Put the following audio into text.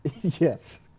Yes